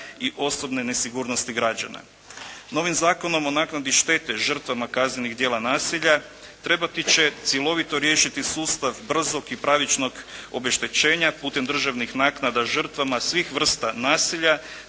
i osobne nesigurnosti građana. Novim Zakonom o naknadi štete žrtvama kaznenih djela nasilja trebati će cjelovito riješiti sustav brzog i pravičnog obeštećenja putem državnih naknada žrtvama svih vrsta nasilja